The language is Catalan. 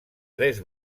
tres